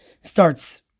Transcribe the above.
starts